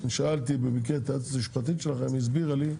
אני שאלתי במקרה את היועצת המשפטית שלכם היא הסבירה לי,